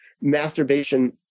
masturbation